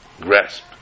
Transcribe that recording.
grasp